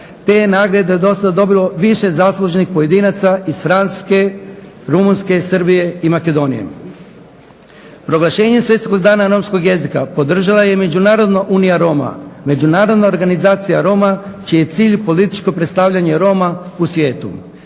je nagrade dosad dobilo više zaslužnih pojedinaca iz Francuske, Rumunjske, Srbije i Makedonije. Proglašenje Svjetskog dana romskog jezika podržala je i Međunarodna unija Roma, međunarodna organizacija Roma čiji je cilj političko predstavljanje Roma u svijetu.